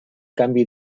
canvi